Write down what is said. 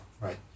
right